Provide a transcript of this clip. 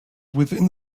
within